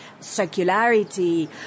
circularity